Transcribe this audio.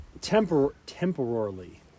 temporarily